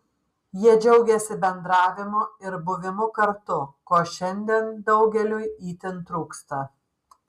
jie džiaugėsi bendravimu ir buvimu kartu ko šiandien daugeliui itin trūksta